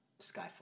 Skyfall